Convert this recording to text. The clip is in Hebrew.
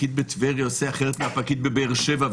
הפקיד בטבריה עושה אחרת מהפקיד בבאר שבע,